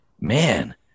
man